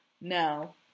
No